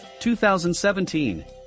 2017